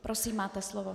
Prosím, máte slovo.